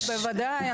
בוודאי.